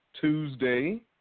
Tuesday